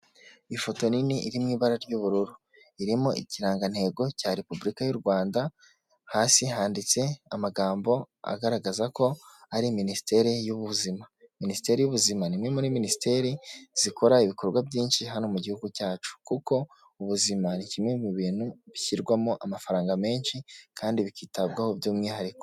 Ifoto nini iri mu ibara ry'ubururu irimo ikirangantego cya Repubulika y'u Rwanda, hasi handitse amagambo agaragaza ko ari Minisiteri y'Ubuzima. Minisiteri y'Ubuzima ni imwe muri minisiteri zikora ibikorwa byinshi hano mu gihugu cyacu, kuko ubuzima ni kimwe mu bintu bishyirwamo amafaranga menshi kandi bikitabwaho by'umwihariko.